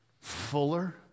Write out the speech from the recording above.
fuller